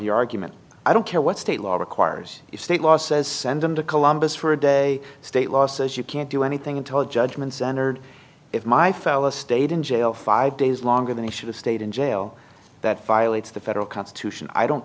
your argument i don't care what state law requires a state law says send them to columbus for a day state law says you can't do anything until a judgment standard if my fella stayed in jail five days longer than he should have stayed in jail that violates the federal constitution i don't